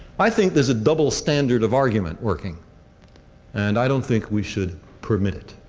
i think there's a double standard of argument working and i don't think we should permit it.